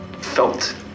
felt